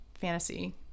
fantasy